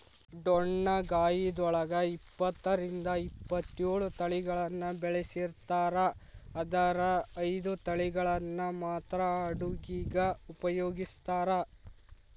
ಡೊಣ್ಣಗಾಯಿದೊಳಗ ಇಪ್ಪತ್ತರಿಂದ ಇಪ್ಪತ್ತೇಳು ತಳಿಗಳನ್ನ ಬೆಳಿಸ್ತಾರ ಆದರ ಐದು ತಳಿಗಳನ್ನ ಮಾತ್ರ ಅಡುಗಿಗ ಉಪಯೋಗಿಸ್ತ್ರಾರ